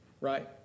right